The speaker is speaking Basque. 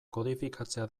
kodifikatzea